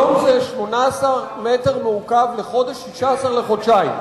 היום זה 8 מטר מעוקב לחודש, 16 לחודשיים.